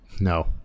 No